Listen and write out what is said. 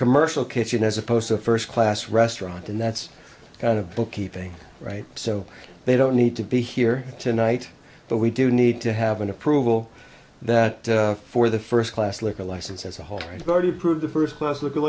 commercial kitchen as opposed to first class restaurant and that's kind of bookkeeping right so they don't need to be here tonight but we do need to have an approval that for the first class liquor license as a whole already prove the first